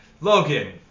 Logan